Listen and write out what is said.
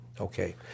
Okay